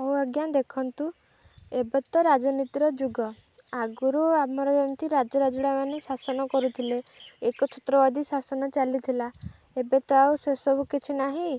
ହଉ ଆଜ୍ଞା ଦେଖନ୍ତୁ ଏବେ ତ ରାଜନୀତିର ଯୁଗ ଆଗୁରୁ ଆମର ଯେମିତି ରାଜା ରାଜୁଡ଼ା ମାନେ ଶାସନ କରୁଥିଲେ ଏକଛତ୍ରବାଦୀ ଶାସନ ଚାଲିଥିଲା ଏବେ ତ ଆଉ ସେସବୁ କିଛି ନାହିଁ